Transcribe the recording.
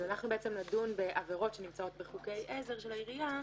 אנחנו נדון בעבירות שנמצאות בחוקי העזר של העירייה,